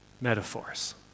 metaphors